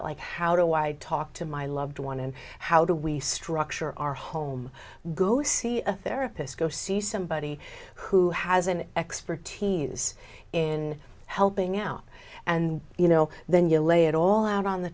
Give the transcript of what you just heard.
out like how do i talk to my loved one and how do we structure our home go see a therapist go see somebody who has an expertise in helping out and you know then you lay it all out on the